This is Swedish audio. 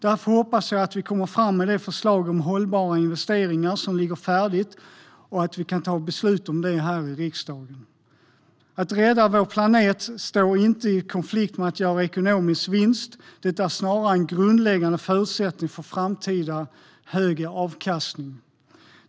Därför hoppas jag att det förslag om hållbara investeringar som ligger färdigt kan läggas fram och att vi kan ta beslut om det här i riksdagen. Att rädda vår planet står inte i konflikt med att göra ekonomisk vinst. Det är snarare en grundläggande förutsättning för framtida hög avkastning.